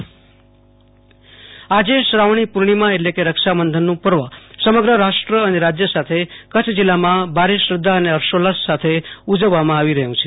આશતોષ અંતાણી રક્ષાબંધન આજે શ્રાવણી પૂર્ણિમા એટલે કે રક્ષાબંધનનું પર્વ સમગ્ર રાષ્ટ્ર અને રાજ્ય સાથે કચ્છ જિલ્લામાં ભારે શ્રધ્ધા અને હર્ષોલ્લાસ સાથે ઉજવવામાં આવી રહ્યું છે